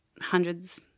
hundreds